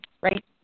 right